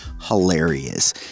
hilarious